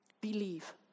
Believe